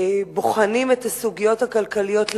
בוחנים את הסוגיות הכלכליות לעומק,